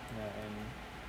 ya and